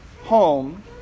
home